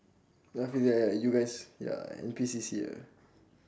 you guy ah you guys ya N_P_C_C ya